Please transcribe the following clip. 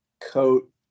coat